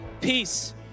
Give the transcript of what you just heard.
peace